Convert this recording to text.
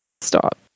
Stop